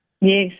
Yes